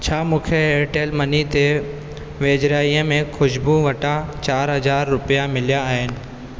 छा मूंखे Airtel money ते वेझिराईअ में खुशबू वटां चारि हज़ार रुपिया मिलिया आहिनि